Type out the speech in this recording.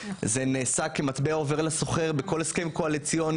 זה נעשה כמטבע עובר לסוחר בכל הסכם קואליציוני.